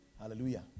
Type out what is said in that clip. Hallelujah